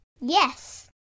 Yes